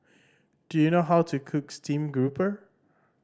do you know how to cook stream grouper